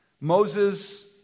Moses